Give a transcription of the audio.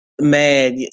Man